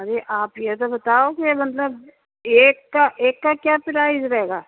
ارے آپ یہ تو بتاؤ کہ مطلب ایک کا ایک کا کیا پرائز رہے گا